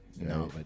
No